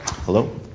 Hello